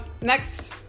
Next